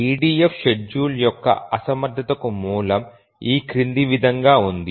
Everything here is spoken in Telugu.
EDF షెడ్యూలర్ యొక్క అసమర్థతకు మూలం ఈ క్రింది విధంగా ఉంది